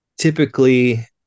Typically